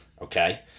Okay